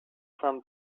from